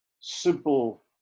simple